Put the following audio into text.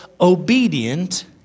obedient